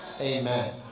Amen